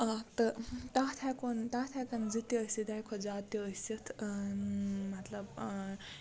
اکھ تہٕ تَتھ ہٮ۪کون تَتھ ہٮ۪کَن زٕ تہِ ٲسِتھ دۄہ کھۄتہٕ زیادٕ تہِ ٲسِتھ مطلب